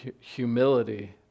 humility